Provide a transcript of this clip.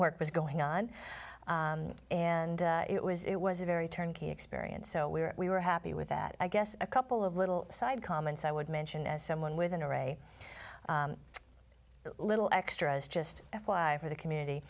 work was going on and it was it was a very turnkey experience so we're we were happy with that i guess a couple of little side comments i would mention as someone with an array little extras just f y r for the community